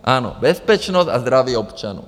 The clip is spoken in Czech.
Ano, bezpečnost a zdraví občanů.